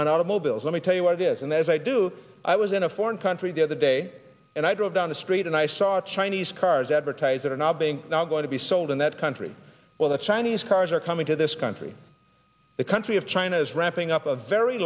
automobiles let me tell you what it is and as i do i was in a foreign country the other day and i drove down the street and i saw chinese cars advertise that are not being now going to be sold in that country or the chinese cars are coming to this country the country of china is wrapping up a very